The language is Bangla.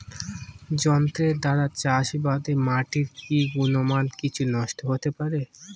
যন্ত্রের দ্বারা চাষাবাদে মাটির কি গুণমান কিছু নষ্ট হতে পারে?